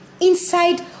inside